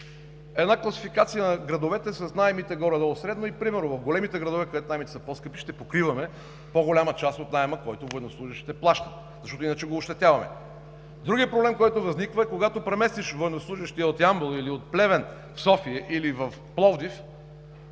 една класификация на градовете с наемите, горе-долу средно, и примерно в големите градове, където наемите са по-скъпи, ще покриваме по-голяма част от наема, който военнослужещите плащат, защото иначе го ощетяваме. Другият проблем, който възниква, е, когато преместиш военнослужещия от Ямбол или от Плевен в София или Пловдив,